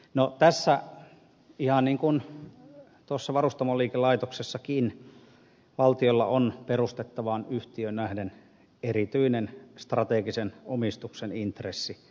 tässä ihan niin kuin varustamoliikelaitoksessakin valtiolla on perustettavaan yhtiöön nähden erityinen strategisen omistuksen intressi